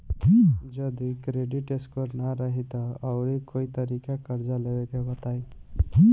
जदि credit score ना रही त आऊर कोई तरीका कर्जा लेवे के बताव?